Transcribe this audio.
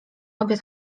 obiad